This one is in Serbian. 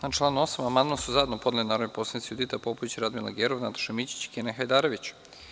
Na član 8. amandman su zajedno podneli narodni poslanici Judita Popović, Radmila Gerov, Nataša Mićić i Kenan Hajdarević.